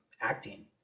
acting